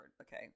Okay